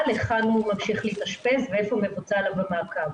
היכן הוא ממשיך להתאשפז ואיפה מבוצע עליו המעקב.